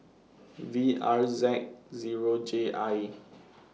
V R Z Zero J I